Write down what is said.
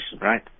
right